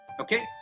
Okay